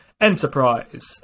enterprise